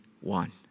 one